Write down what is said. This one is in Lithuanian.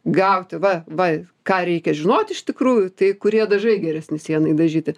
gauti va va ką reikia žinot iš tikrųjų tai kurie dažai geresni sienai dažyti